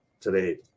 today